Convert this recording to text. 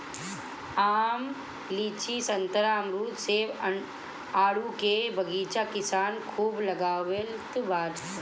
आम, लीची, संतरा, अमरुद, सेब, आडू के बगीचा किसान खूब लगावत हवे